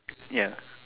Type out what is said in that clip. ya